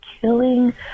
killing